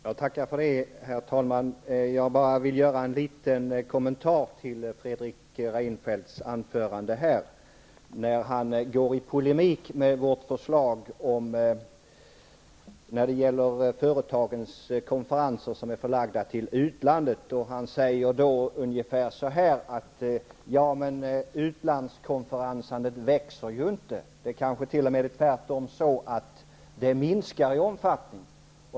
Herr talman! Jag vill bara göra en liten kommentar till Fredrik Reinfeldts anförande när han går i polemik med vårt förslag när det gäller de av företagens konferenser som är förlagda till utlandet. Han säger då att antalet konferenser i utlandet inte växer. Det kanske t.o.m. är så att de minskar i omfattning.